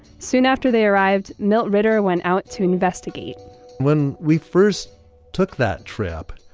soon after they arrived, milt ritter went out to investigate when we first took that trip,